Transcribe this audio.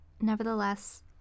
nevertheless